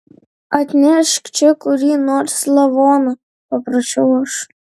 atnešk čia kurį nors lavoną paprašiau aš